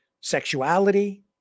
sexuality